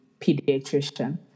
pediatrician